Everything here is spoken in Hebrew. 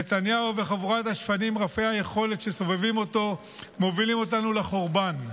נתניהו וחבורת השפנים רפי היכולת שסובבים אותו מובילים אותנו לחורבן.